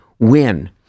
win